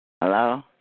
Hello